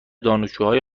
دانشجوهای